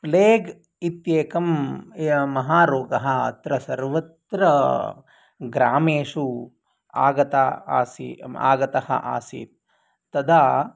plague इत्येकं महारोगः अत्र सर्वत्र ग्रामेषु आगतः आसीत् आगतः आसीत् तदा